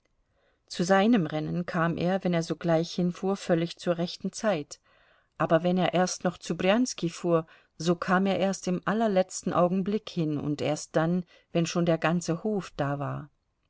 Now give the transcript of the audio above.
zu seinem rennen kam er wenn er sogleich hinfuhr völlig zur rechten zeit aber wenn er erst noch zu brjanski fuhr so kam er erst im allerletzten augenblick hin und erst dann wenn schon der ganze hof da war